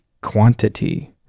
quantity